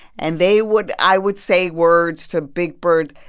and they would i would say words to big bird.